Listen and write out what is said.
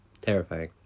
Terrifying